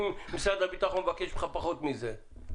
אם משרד הביטחון מבקש ממך פחות מזה,